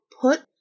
put